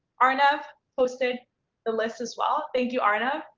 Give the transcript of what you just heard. arnav posted the list as well. thank you arnav!